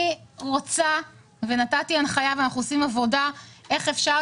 אני רוצה ונתתי הנחיה לבדוק איך אפשר